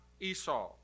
Esau